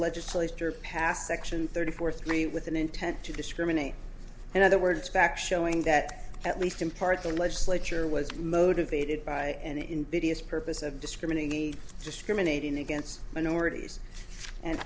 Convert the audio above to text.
legislature passed section thirty fourth many with an intent to discriminate in other words back showing that at least in part the legislature was motivated by an invidious purpose of discriminating discriminating against minorities and